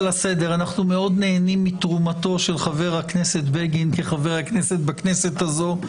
מאוד נהנים מתרומתו של חבר הכנסת בגין כחבר הכנסת בכנסת הזאת,